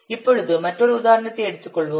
இப்பொழுது மற்றொரு உதாரணத்தை எடுத்துக் கொள்வோம்